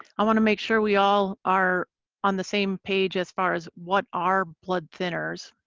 i want to make sure we all are on the same page as far as what are blood thinners.